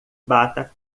bata